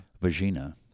vagina